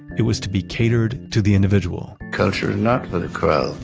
it was to be catered to the individual culture is not for the crowd.